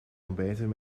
ontbeten